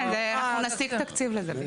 אנחנו נשיג תקציב לזה.